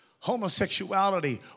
Homosexuality